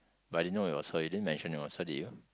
but I didn't know it was her you didn't mention it was her did you